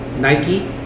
Nike